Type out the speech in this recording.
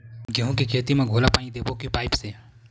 गेहूं के खेती म घोला पानी देबो के पाइप से?